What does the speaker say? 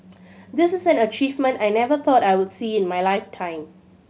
this is an achievement I never thought I would see in my lifetime